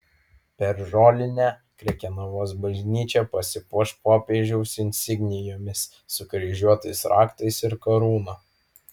per žolinę krekenavos bažnyčia pasipuoš popiežiaus insignijomis sukryžiuotais raktais ir karūna